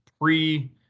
pre